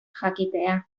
jakitea